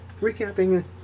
recapping